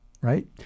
right